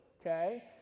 okay